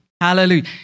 hallelujah